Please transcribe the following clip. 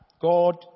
God